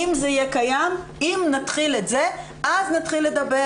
אם זה יהיה קיים, אם נתחיל את זה, אז נתחיל לדבר